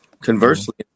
Conversely